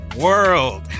world